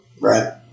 Right